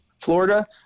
Florida